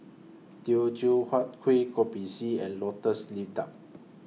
Teochew Huat Kuih Kopi C and Lotus Leaf Duck